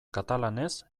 katalanez